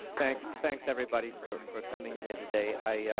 thanks, thanks everybody for for coming here today. i, yeah